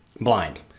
Blind